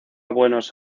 buenos